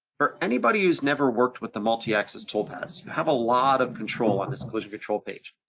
for anybody who's never worked with the multiaxis toolpath, you have a lot of control on this collision control page.